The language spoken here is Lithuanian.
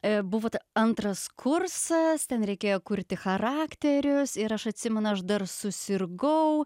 buvo antras kursas ten reikėjo kurti charakterius ir aš atsimenu aš dar susirgau